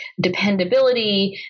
dependability